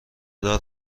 دار